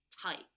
type